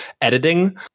editing